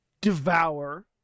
devour